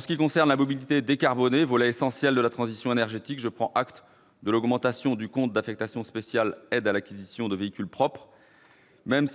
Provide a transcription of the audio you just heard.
ce qui concerne la mobilité décarbonée, volet essentiel de la transition énergétique, je prends acte de l'augmentation du compte d'affectation spéciale « Aides à l'acquisition de véhicules propres ».